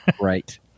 Right